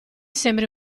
sembri